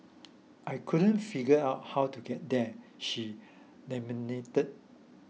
I couldn't figure out how to get there she